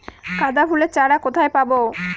গাঁদা ফুলের চারা কোথায় পাবো?